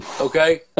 Okay